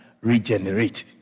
regenerate